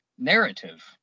narrative